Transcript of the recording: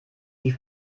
sie